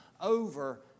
over